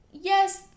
Yes